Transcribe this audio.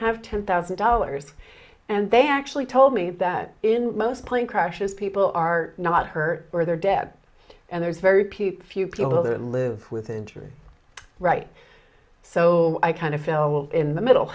have ten thousand dollars and they actually told me that in most plane crashes people are not hurt or they're dead and there's very pete few people their lives with injuries right so i kind of fell in the middle